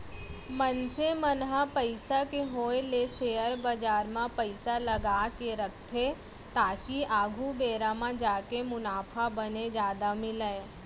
मनसे मन ह पइसा के होय ले सेयर बजार म पइसा लगाके रखथे ताकि आघु बेरा म जाके मुनाफा बने जादा मिलय